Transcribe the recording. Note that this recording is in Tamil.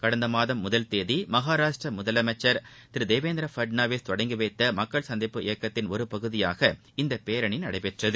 கடந்தமாதம் முதல் தேதி மகாராஷ்ட்ர முதலமைச்சர் திரு தேவேந்திர பட்நாவிஸ் தொடங்கி வைத்த மக்கள் சந்திப்பு இயக்கத்தின் ஒரு பகுதியாக இந்த பேரணி நடைபெற்றது